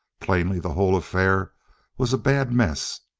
plainly the whole affair was a bad mess.